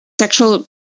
sexual